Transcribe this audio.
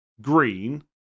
green